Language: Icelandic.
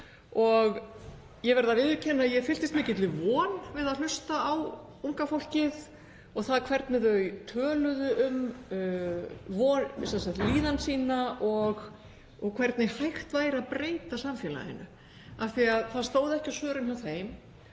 Ég verð að viðurkenna að ég fylltist mikilli von við að hlusta á unga fólkið og það hvernig þau töluðu um líðan sína og hvernig hægt væri að breyta samfélaginu, af því að það stóð ekki á svörum hjá þeim